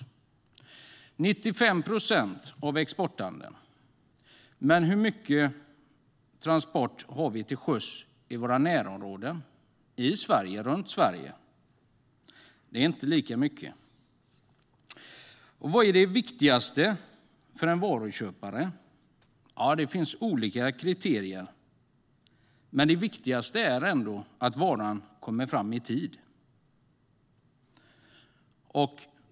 Sjöfarten står alltså för 95 procent av exporthandeln. Men hur mycket transporter har vi till sjöss i våra närområden i Sverige och runt Sverige? Det är inte lika mycket. Vad är det viktigaste för en varuköpare? Det finns olika kriterier. Men det viktigaste är ändå att varan kommer fram i tid.